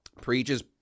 preaches